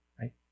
right